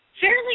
fairly